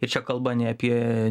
ir čia kalba ne apie